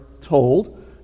told